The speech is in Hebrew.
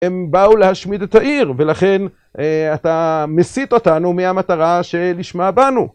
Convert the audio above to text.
הם באו להשמיד את העיר, ולכן אתה מסיט אותנו מהמטרה שלשמה באנו.